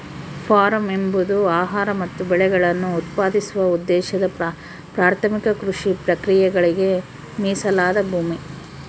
form ಎಂಬುದು ಆಹಾರ ಮತ್ತು ಬೆಳೆಗಳನ್ನು ಉತ್ಪಾದಿಸುವ ಉದ್ದೇಶದ ಪ್ರಾಥಮಿಕ ಕೃಷಿ ಪ್ರಕ್ರಿಯೆಗಳಿಗೆ ಮೀಸಲಾದ ಭೂಮಿ